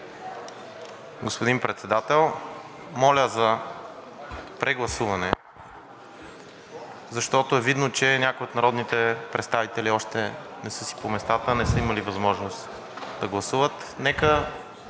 Господин Председател, моля за прегласуване, защото е видно, че някои от народните представители още не са си по местата, не са имали възможност да гласуват. Нека